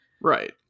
Right